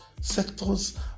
sectors